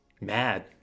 mad